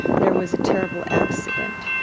there was a terrible accident.